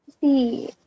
See